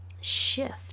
shift